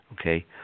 okay